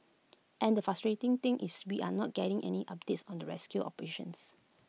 and the frustrating thing is we are not getting any updates on the rescue operations